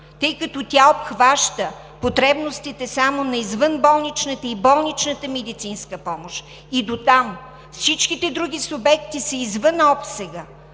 тъй като обхваща само потребностите на извънболничната и болничната медицинска помощ и дотам. Всичките други субекти са извън обсега.